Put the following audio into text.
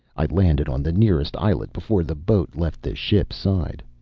i landed on the nearest islet before the boat left the ship's side.